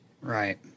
Right